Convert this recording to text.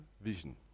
vision